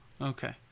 Okay